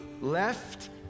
left